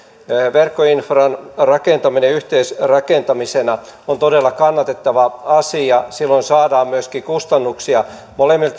verkkoinfran rakentaminen yhteisrakentamisena on todella kannatettava asia silloin saadaan myöskin kustannuksia